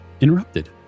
interrupted